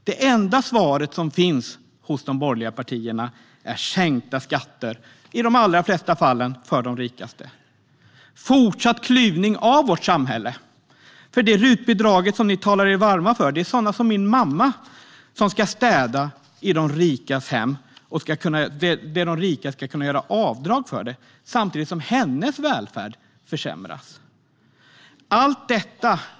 Det enda svaret som de borgerliga partierna har är sänkta skatter, i de flesta fall för de rikaste. När det gäller fortsatt klyvning av vårt samhälle och det RUT-bidrag som de borgerliga talar sig varma för, är det sådana som min mamma som ska städa i de rikas hem. Sedan ska de rika kunna göra avdrag för det, samtidigt som hennes välfärd försämras.